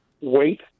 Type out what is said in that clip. wait